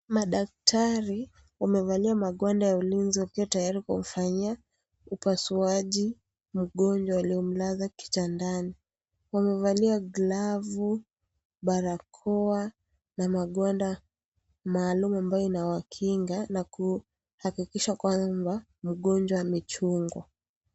Madaktari wamevalia magwanda ya ulinzi wakiwa tayari kumfanyia upasuaji, mgonjwa waliomlaza kitandani. Wamevalia glavu, barakoa na magwanda maalum ambayo inawakinga kuhakikisha mgonjwa amechungwa.